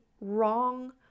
wrong